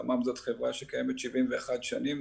תמ"מ זאת חברה שקיימת 71 שנים,